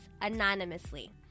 anonymously